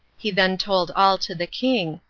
he then told all to the king,